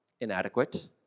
inadequate